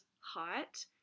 hot